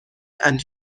and